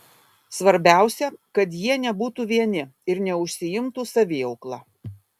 svarbiausia kad jie nebūtų vieni ir neužsiimtų saviaukla